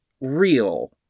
real